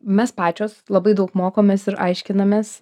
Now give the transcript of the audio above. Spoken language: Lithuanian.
mes pačios labai daug mokomės ir aiškinamės